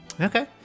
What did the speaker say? okay